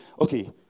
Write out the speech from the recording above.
okay